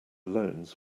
loans